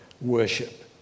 worship